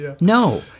no